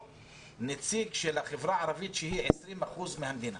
נציג של החברה הערבית שהיא 20% מהמדינה